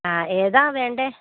ആ ഏതാണ് വേണ്ടത്